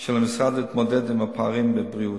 של המשרד להתמודדות עם הפערים בבריאות.